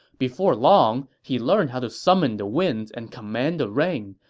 before long, he learned how to summon the winds and command the rain,